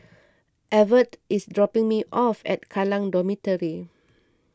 Evertt is dropping me off at Kallang Dormitory